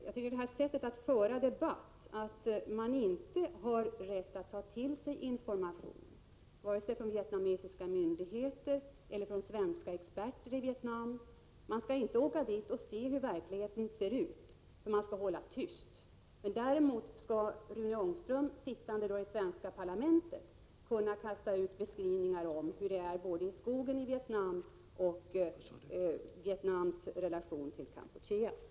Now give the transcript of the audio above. Jag tycker att det här sättet att föra debatt är märkligt — att man inte har rätt att ta till sig information, vare sig från vietnamesiska myndigheter eller från svenska experter i Vietnam, att man inte skall åka dit och se hur verkligheten ser ut, att man skall hålla tyst. Däremot skall Rune Ångström, sittande i det svenska parlamentet, kunna kasta ut beskrivningar både om situationen i skogen i Vietnam och om Vietnams relationer till Kampuchea.